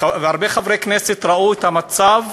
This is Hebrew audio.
והרבה חברי כנסת ראו את המצב